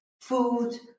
food